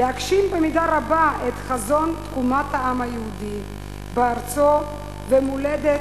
להגשים במידה רבה את חזון תקומת העם היהודי בארצו ומולדתו,